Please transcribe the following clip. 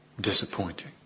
disappointing